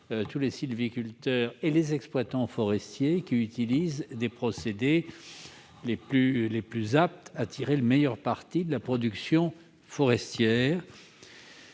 tous les sylviculteurs et exploitants forestiers à utiliser des procédés permettant de tirer le meilleur parti de la production forestière.